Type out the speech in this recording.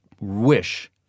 wish